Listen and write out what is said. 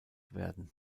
werden